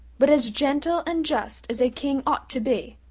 but as gentle and just as a king ought to be.